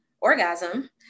orgasm